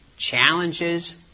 challenges